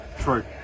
True